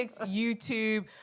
YouTube